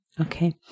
Okay